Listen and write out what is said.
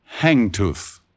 Hangtooth